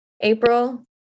April